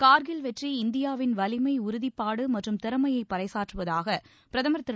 கார்கில் வெற்றி இந்தியாவின் வலிமை உறுதிப்பாடு மற்றும் திறமையை பறைசாற்றுவதாக பிரதமர் திரு